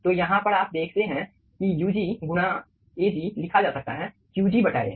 तो यहाँ पर आप देखते हैं की ug गुणा Ag लिखा जा सकता Qg A